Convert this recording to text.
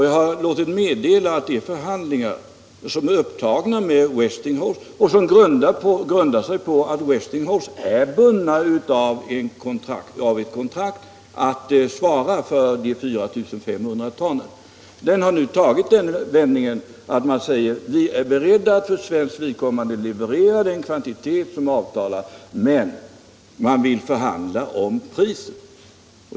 Jag har låtit meddela att de förhandlingar som är upptagna med Westinghouse och som grundar sig på att Westinghouse är bundet av ett kontrakt att svara för 4 500 ton uran nu har tagit den vändningen att företaget har förklarat sig berett att för svenskt vidkommande leverera den kvantitet som är avtalad. Men man vill förhandla om priset.